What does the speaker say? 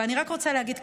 ואני רק רוצה להגיד,